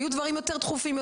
היו דברים יותר דחופים,